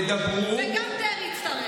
וגם דרעי הצטרף.